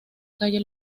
calle